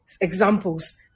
examples